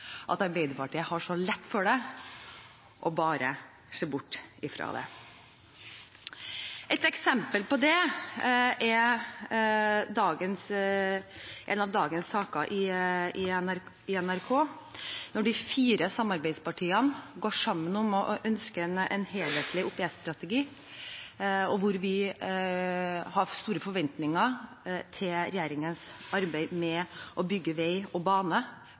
at Arbeiderpartiet har så lett for bare å se bort fra det. Et eksempel på det er en av dagens saker i NRK. Når de fire samarbeidspartiene går sammen om å ønske en helhetlig OPS-strategi, og vi har store forventninger til regjeringens arbeid med å bygge vei og bane